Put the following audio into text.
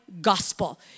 gospel